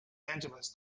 angeles